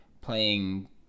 playing